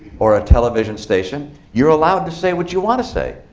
or a television station, you're allowed to say what you want to say.